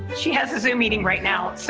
she has a zoom meeting right now.